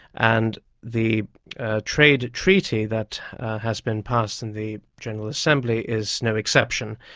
and the trade treaty that has been passed in the general assembly is no exception.